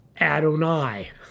Adonai